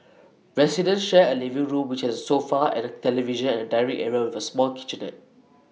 residents share A living room which has A sofa and A television and A dining area with A small kitchenette